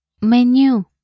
Menu